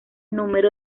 número